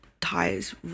ties